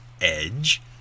edge